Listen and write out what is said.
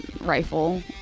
rifle